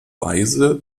weise